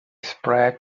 spread